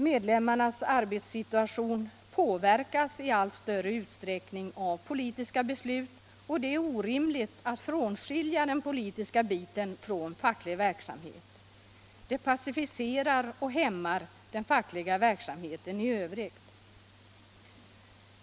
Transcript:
Medlemmarnas arbetssituation påverkas i allt större utsträckning av politiska beslut och det är orimligt att avskilja den politiska biten från facklig verksamhet. Det passiverar och hämmar den fackliga verksamheten i övrigt.